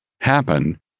happen